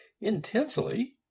intensely